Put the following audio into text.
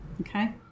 okay